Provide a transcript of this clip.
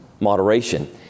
moderation